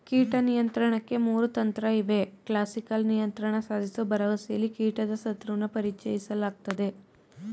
ಕೀಟ ನಿಯಂತ್ರಣಕ್ಕೆ ಮೂರು ತಂತ್ರಇವೆ ಕ್ಲಾಸಿಕಲ್ ನಿಯಂತ್ರಣ ಸಾಧಿಸೋ ಭರವಸೆಲಿ ಕೀಟದ ಶತ್ರುನ ಪರಿಚಯಿಸಲಾಗ್ತದೆ